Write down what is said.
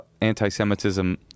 anti-Semitism—